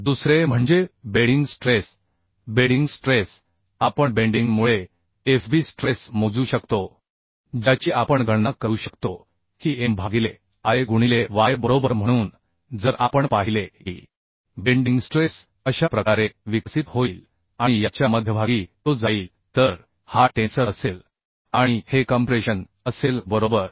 दुसरे म्हणजे bending stress bending stress आपण बेंडिंग मुळे FB स्ट्रेस मोजू शकतो ज्याची आपण गणना करू शकतो की M भागिले I गुणिले Y बरोबर म्हणून जर आपण पाहिले की बेंडिंग स्ट्रेस अशा प्रकारे विकसित होईल आणि याच्या मध्यभागी तो जाईल तर हा टेन्सर असेल आणि हे कम्प्रेशन असेल बरोबर